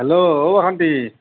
hello অঁ বাসন্তী